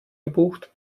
gebucht